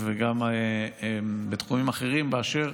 וגם בתחומים אחרים, באשר